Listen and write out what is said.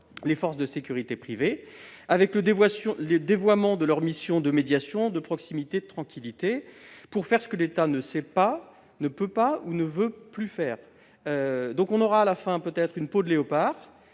les forces de sécurité privée, avec le dévoiement de leurs missions de médiation, de proximité, de tranquillité, pour faire ce que l'État ne sait pas, ne peut pas ou ne veut plus faire. Nous finissons avec un texte en peau de léopard